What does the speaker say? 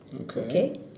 Okay